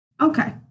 Okay